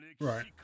Right